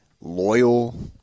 loyal